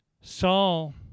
Saul